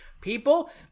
people